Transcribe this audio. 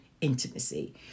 intimacy